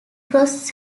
cross